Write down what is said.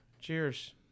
cheers